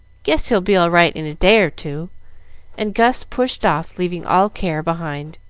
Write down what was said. guess he'll be all right in a day or two and gus pushed off, leaving all care behind.